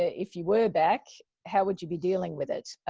ah if you were back, how would you be dealing with it?